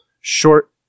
short